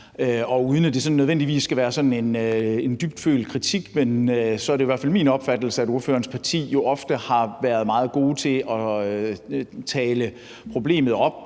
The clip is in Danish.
og uden at det nødvendigvis skal være sådan en dybfølt kritik, er det i hvert fald min opfattelse, at ordførerens parti ofte har været meget gode til at tale problemet op